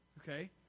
Okay